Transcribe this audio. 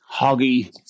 Hoggy